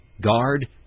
guard